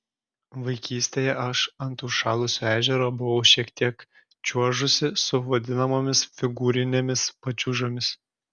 vaikystėje aš ant užšalusio ežero buvau šiek tiek čiuožusi su vadinamomis figūrinėmis pačiūžomis